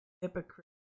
Hypocrite